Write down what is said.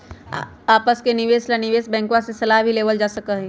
आपस के निवेश ला निवेश बैंकवा से सलाह भी लेवल जा सका हई